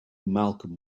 malcolm